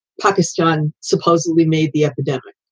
pakistan supposedly made the epidemic.